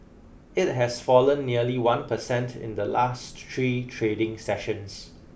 it has fallen nearly one percent in the last three trading sessions